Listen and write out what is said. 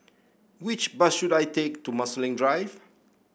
which bus should I take to Marsiling Drive